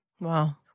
Wow